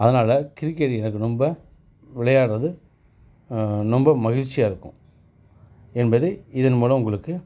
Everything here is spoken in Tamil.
அதனால் கிரிக்கெட் எனக்கு ரொம்ப விளையாடுறது ரொம்ப மகிழ்ச்சியாக இருக்கும் என்பதை இதன் மூலம் உங்களுக்கு